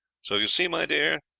so you see, my dear,